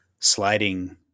sliding